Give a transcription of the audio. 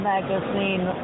Magazine